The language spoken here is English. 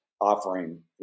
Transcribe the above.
offering